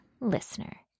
listener